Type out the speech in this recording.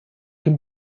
can